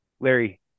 Larry